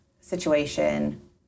situation